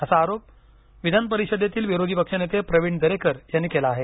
असा आरोप विधानपरिषदेतील विरोधीपक्षनेते प्रविण दरेकर यांनी केला आहे